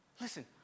Listen